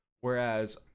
Whereas